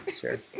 Sure